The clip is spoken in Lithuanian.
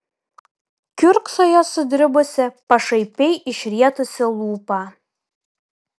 kiurksojo sudribusi pašaipiai išrietusi lūpą